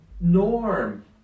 Norm